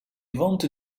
ventes